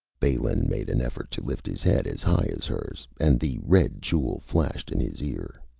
balin made an effort to lift his head as high as hers, and the red jewel flashed in his ear.